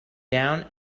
down